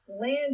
land